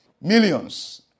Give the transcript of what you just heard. millions